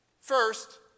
First